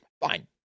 Fine